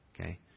Okay